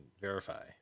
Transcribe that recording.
verify